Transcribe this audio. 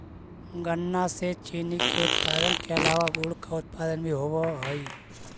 गन्ना से चीनी के उत्पादन के अलावा गुड़ का उत्पादन भी होवअ हई